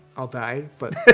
i'll die, but.